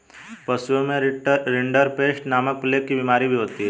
पशुओं में रिंडरपेस्ट नामक प्लेग की बिमारी भी होती है